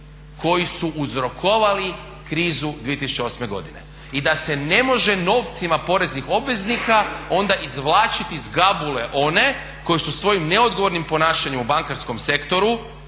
koji su uzrokovali krizu 2008. godine i da se ne može novcima poreznih obveznika onda izvlačit iz gabule one koji su svojim neodgovornim ponašanjem u bankarskom sektoru